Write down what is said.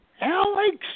Alex